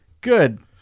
Good